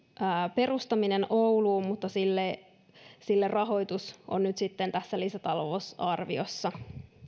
perustaminen ouluun mutta sille sille rahoitus on nyt sitten tässä lisätalousarviossa